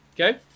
Okay